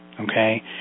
okay